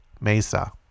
Mesa